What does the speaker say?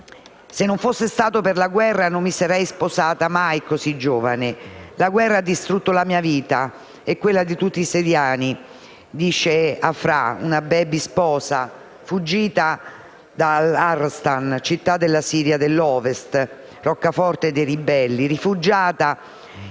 «Se non fosse stato per la guerra non mi sarei mai sposata così giovane. La guerra ha distrutto la mia vita e quella di tutti i siriani», dice Afrah, una *baby* sposa, fuggita da Al Rastan, città della Siria dell'Ovest, roccaforte dei ribelli, e rifugiata